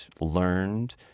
learned